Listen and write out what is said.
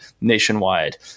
nationwide